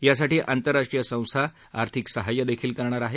यासाठी आंतर्राष्ट्रीय संस्था आर्थिक सहाय्यदेखील करणार आहेत